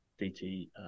DT